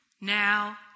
now